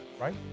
right